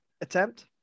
attempt